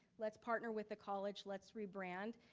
let's partner with the college, let's rebrand.